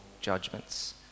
judgments